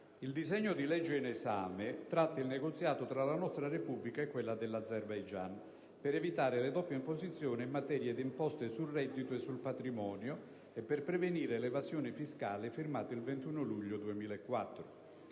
Il disegno di legge in esame tratta il negoziato tra la nostra Repubblica e quella di Azerbaigian, per evitare le doppie imposizioni in materia di imposte sul reddito e sul patrimonio e per prevenire le evasioni fiscali, firmato il 21 luglio 2004.